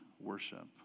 worship